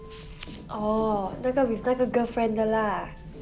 orh 那个 with 那个 girlfriend 的 lah